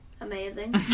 Amazing